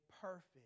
perfect